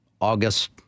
August